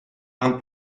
нам